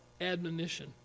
admonition